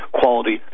quality